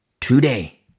today